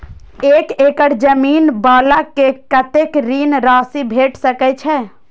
एक एकड़ जमीन वाला के कतेक ऋण राशि भेट सकै छै?